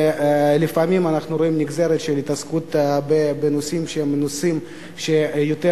ולפעמים אנחנו רואים נגזרת של התעסקות בנושאים שהם נושאים שיותר